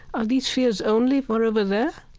are these fears only for over there?